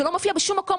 זה לא מופיע בשום מקום.